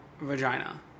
vagina